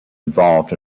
involved